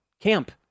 camp